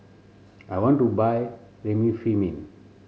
I want to buy Remifemin